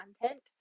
content